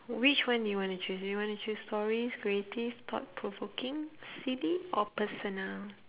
which one do you wanna choose do you wanna choose stories creative thought provoking silly or personal